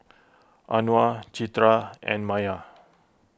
Anuar Citra and Maya